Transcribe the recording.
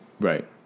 Right